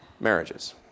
marriages